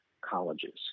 colleges